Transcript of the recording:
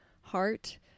heart